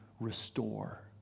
restore